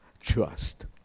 Trust